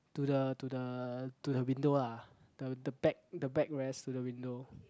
to the to the to the window ah the the back the backrest to the window